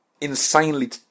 Insanely